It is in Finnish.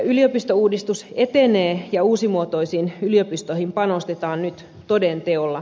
yliopistouudistus etenee ja uusimuotoisiin yliopistoihin panostetaan nyt toden teolla